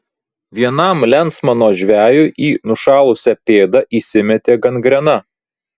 vienam lensmano žvejui į nušalusią pėdą įsimetė gangrena